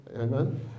Amen